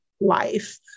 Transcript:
life